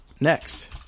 next